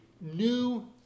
new